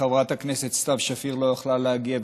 חברת הכנסת סתיו שפיר לא יכלה להגיע,